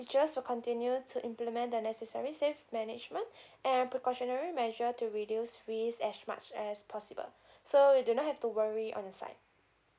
teaches will continue to implement the necessary safe management and precautionary measure to reduce risk as much as possible so you do not have to worry on this site